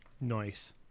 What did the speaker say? Nice